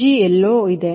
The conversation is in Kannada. G ಎಲ್ಲೋ ಇಲ್ಲಿದೆ